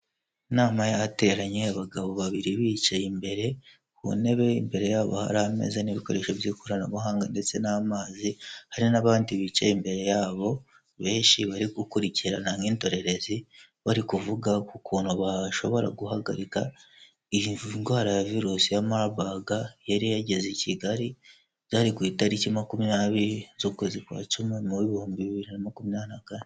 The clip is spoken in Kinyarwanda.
Inama yateranye abagabo babiri bicaye imbere ku ntebe imbere yabo hari ameza n'ibikoresho by'ikoranabuhanga ndetse n'amazi hari n'abandi bicaye imbere yabo benshi bari gukurikirana nk'indorerezi bari kuvuga ku kuntu bashobora guhagarika iyi ndwara ya virusi ya Marburg yari yageze i Kigali byari ku itariki makumyabiri z'ukwezi kwa cumi muw'ibihumbi bibiri na makumyabiri kane.